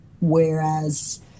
whereas